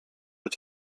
mit